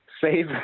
save